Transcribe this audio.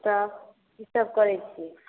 तब किसब करै छिए